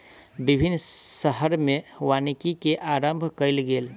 विभिन्न शहर में वानिकी के आरम्भ कयल गेल